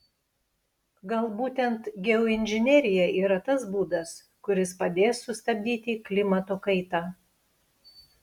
gal būtent geoinžinerija yra tas būdas kuris padės sustabdyti klimato kaitą